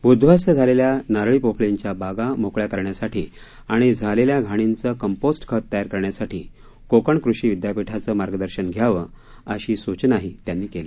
उद्ववस्त झालेल्या नारळी पोफळींच्या बागा मोकळ्या करण्यासाठी आणि झालेल्या घाणीचं कम्पोस्ट खत तयार करण्यासाठी कोकण कृषी विद्यापीठाचं मार्गदर्शन घ्यावं अशी सूचनाही त्यांनी केली